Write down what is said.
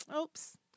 Oops